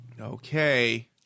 Okay